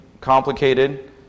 complicated